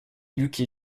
lucky